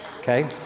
Okay